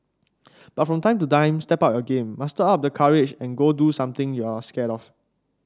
but from time to time step up your game muster up the courage and go do something you're scared of